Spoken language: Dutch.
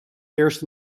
eerst